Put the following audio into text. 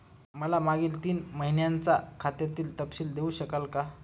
मला मागील तीन महिन्यांचा खात्याचा तपशील देऊ शकाल का?